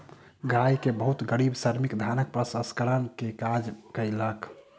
गाम में बहुत गरीब श्रमिक धानक प्रसंस्करण में काज कयलक